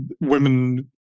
women